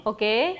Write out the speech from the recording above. Okay